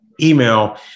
email